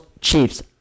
Chiefs